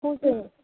हजों